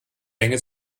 länge